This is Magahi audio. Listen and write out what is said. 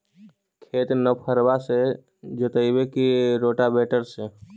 खेत नौफरबा से जोतइबै की रोटावेटर से?